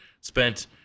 spent